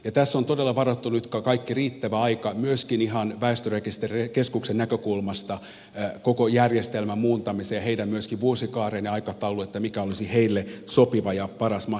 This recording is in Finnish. tässä on todella varattu nyt kaikki riittävä aika koko järjestelmän muuntamiseen myöskin ihan väestörekisterikeskuksen näkökulmasta mikä olisi heidän vuosikaareensa ja aikatauluunsa sopiva ja paras mahdollinen ajankohta